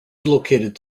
located